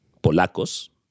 polacos